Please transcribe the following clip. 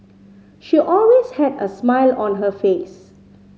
she always had a smile on her face